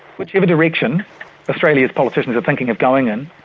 whichever direction australia's politicians are thinking of going in,